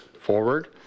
forward